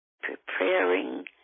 preparing